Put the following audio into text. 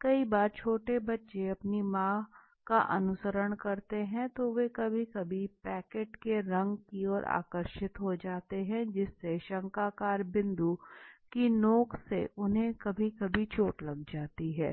कई बार बच्चे छोटे बच्चे अपनी माँ का अनुसरण करते थे तो वे कभी कभी पैकेट के रंग की ओर आकर्षित हो जाते थे जिससे शंक्वाकार बिंदु की नोक से उन्हें कभी कभी चोट लग जाती थी